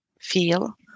feel